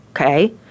okay